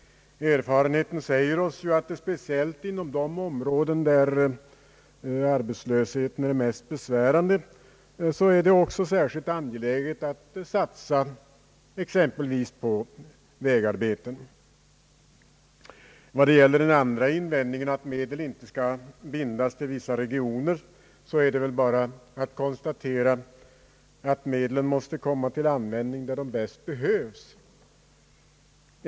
Erfarenheten säger oss att det speciellt inom områden där arbetslösheten är särskilt besvärande också är angeläget att satsa exempelvis på vägarbeten. Beträffande den andra invändningen, att medel inte skall bindas till vissa regioner, är det väl bara att konstatera att medlen skall komma till användning där de bäst behövs.